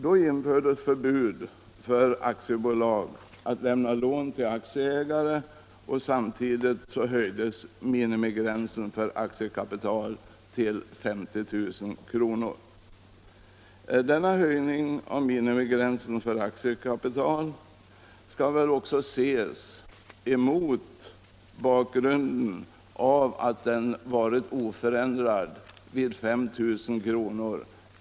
Då infördes förbud för aktiebolag att lämna lån till aktieägare, och samtidigt höjdes minimigränsen för aktiekapitalet till 50 000 kr. Denna höjning skall väl också ses mot bakgrunden av att gränsen legat oförändrad vid 5 000 kr.